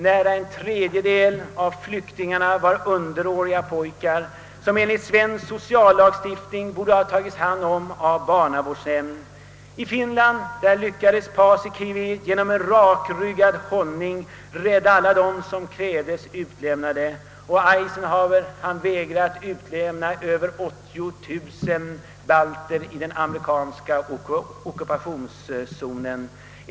Nära en tredjedel av flyktingarna var underåriga pojkar som enligt svensk sociallagstiftning borde ha tagits om hand av en barnavårdsnämnd. I Finland lyckades Paasikivi genom en rakryggad hållning rädda alla dem som ryssarna krävde få utlämnade, och Eisenhower vägrade att utlämna över 80 000 balter i den amerikanska ockupationszonen.